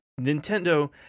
nintendo